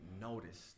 noticed